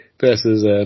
Versus